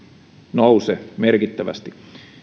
nouse merkittävästi